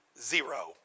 zero